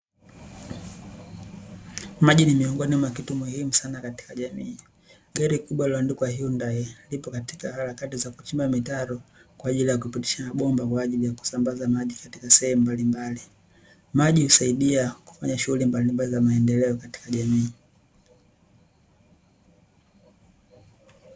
Maji ni miongoni wa kitu muhimu sana katika jamii. Gari kubwa lilioandikwa hyundai lipo katika harakati za kuchimba mitaro kwajili ya kupitisha mabomba kwajili ya kusambaza maji katika sehemu mbalimbali. Maji husaidia kufanya shughuli mbalimbali za maendeleo katika jamii.